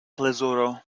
plezuro